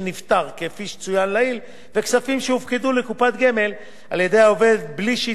וכספים שהופקדו לקופת גמל על-ידי העובד בלי שהתקבלו לגביהם הטבות מס.